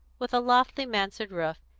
with a lofty mansard-roof,